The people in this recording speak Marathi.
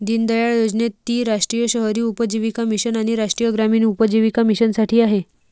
दीनदयाळ योजनेत ती राष्ट्रीय शहरी उपजीविका मिशन आणि राष्ट्रीय ग्रामीण उपजीविका मिशनसाठी आहे